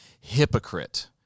hypocrite